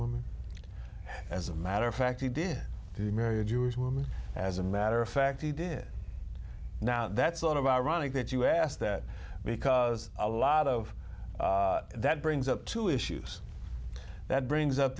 woman as a matter of fact he did marry a jewish woman as a matter of fact he did now that's a lot of ironic that you ask that because a lot of that brings up two issues that brings up